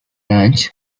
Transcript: ranch